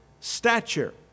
stature